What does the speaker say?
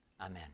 Amen